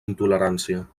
intolerància